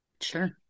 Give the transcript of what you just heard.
Sure